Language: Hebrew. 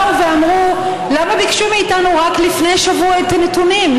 באו ואמרו: למה ביקשו מאיתנו רק לפני שבוע את הנתונים?